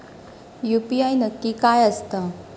UPI नक्की काय आसता?